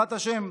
בעזרת השם,